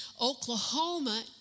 Oklahoma